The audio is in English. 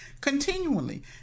continually